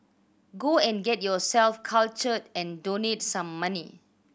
go and get yourself cultured and donate some money